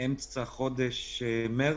את פעילות הנוסעים באמצע חודש מרץ,